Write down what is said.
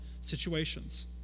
situations